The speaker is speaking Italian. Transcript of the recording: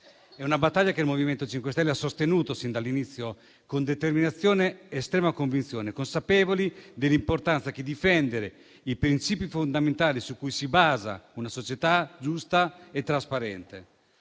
È una battaglia che il MoVimento 5 Stelle ha sostenuto sin dall'inizio con determinazione ed estrema convinzione, consapevoli dell'importanza di difendere i princìpi fondamentali su cui si basa una società giusta e trasparente.